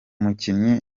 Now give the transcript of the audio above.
mukinnyi